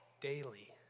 daily